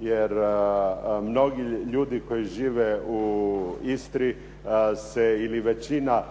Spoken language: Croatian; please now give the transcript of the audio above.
jer mnogi ljudi koji žive u Istri se ili većina